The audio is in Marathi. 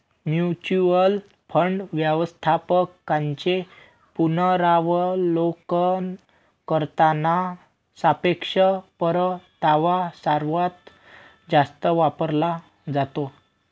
म्युच्युअल फंड व्यवस्थापकांचे पुनरावलोकन करताना सापेक्ष परतावा सर्वात जास्त वापरला जातो